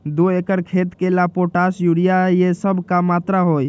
दो एकर खेत के ला पोटाश, यूरिया ये सब का मात्रा होई?